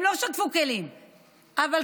כן,